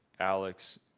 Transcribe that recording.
Alex